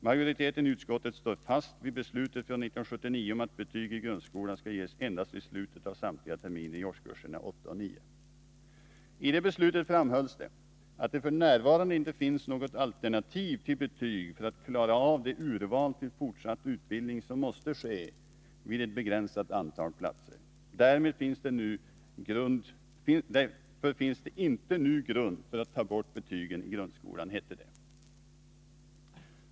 Majoriteten i utskottet står fast vid beslutet från 1979 om att betyg i grundskolan skall ges endast vid slutet av samtliga terminer i årskurserna 8 och 9. I det beslutet framhålls det att det f. n. inte finns något alternativ till betyg för att klara av det urval till fortsatt utbildning som måste ske vid ett begränsat antal platser. Därmed finns det inte nu grund för att ta bort betygen i grundskolan, hette det.